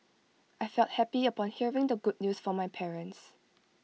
I felt happy upon hearing the good news from my parents